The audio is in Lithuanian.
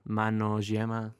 mano žiemą